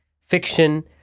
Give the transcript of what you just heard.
fiction